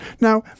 Now